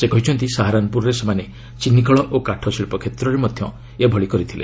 ସେ କହିଛନ୍ତି ସାହାରନ୍ପୁରରେ ସେମାନେ ଚିନିକଳ ଓ କାଠ ଶିଳ୍ପ କ୍ଷେତ୍ରରେ ମଧ୍ୟ ଏଭଳି କରିଥିଲେ